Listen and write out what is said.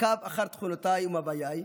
עקב אחר תכונותיי ומאוויי,